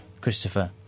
Christopher